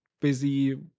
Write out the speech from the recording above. busy